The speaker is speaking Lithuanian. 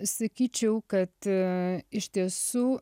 sakyčiau kad iš tiesų